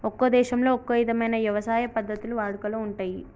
ఒక్కో దేశంలో ఒక్కో ఇధమైన యవసాయ పద్ధతులు వాడుకలో ఉంటయ్యి